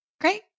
Great